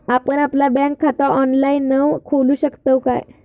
आपण आपला बँक खाता ऑनलाइनव खोलू शकतव काय?